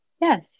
yes